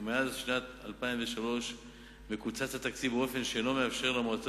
ומאז שנת 2003 מקוצץ התקציב באופן שאינו מאפשר למועצות